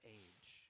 age